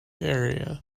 area